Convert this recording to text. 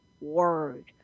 word